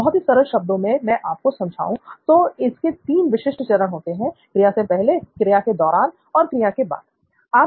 बहुत ही सरल शब्दों में मैं आपको समझाऊं तो इसके 3 विशिष्ट चरण होते हैं क्रिया से "पहले" क्रिया के "दौरान" और क्रिया के "बाद"